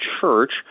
Church